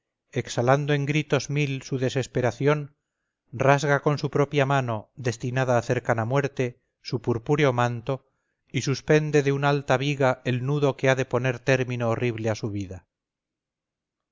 exhalando en gritos mil su desesperación rasga con su propia mano destinada a cercana muerte su purpúreo manto y suspende de una alta viga el nudo que ha de poner término horrible a su vida